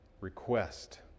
request